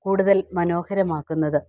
കൂടുതൽ മനോഹരമാക്കുന്നത്